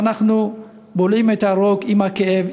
אנחנו בולעים את הרוק עם הכאב,